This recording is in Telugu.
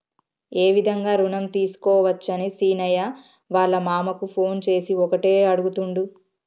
ఏ విధంగా రుణం తీసుకోవచ్చని సీనయ్య వాళ్ళ మామ కు ఫోన్ చేసి ఒకటే అడుగుతుండు